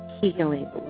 healing